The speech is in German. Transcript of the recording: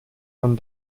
von